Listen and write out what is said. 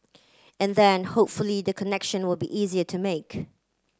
and then hopefully the connection will be easier to make